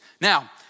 Now